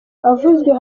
avuzwe